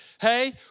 hey